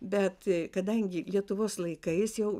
bet kadangi lietuvos laikais jau